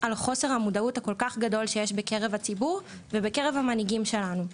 על חוסר המודעות הכל כך גדול שיש בקרב הציבור ובקרב המנהיגים שלנו.